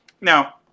now